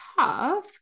tough